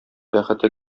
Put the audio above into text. бәхете